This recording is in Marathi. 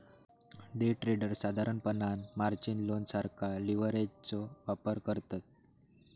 डे ट्रेडर्स साधारणपणान मार्जिन लोन सारखा लीव्हरेजचो वापर करतत